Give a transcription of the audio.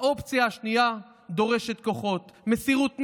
האופציה השנייה דורשת כוחות, מסירות נפש,